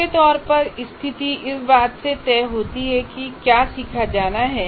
मोटे तौर पर स्थिति इस बात से तय होती है कि क्या सीखा जाना है